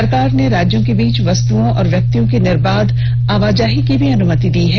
सरकार ने राज्यों के बीच वस्तुओं और व्यक्तियों की निर्बाध आवाजाही की भी अनुमति दे दी है